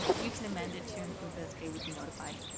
you can amend it to include that they would be notified.